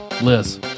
Liz